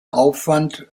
aufwand